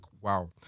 wow